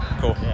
cool